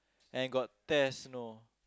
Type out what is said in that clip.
and got test you know